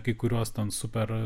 kai kuriuos tan super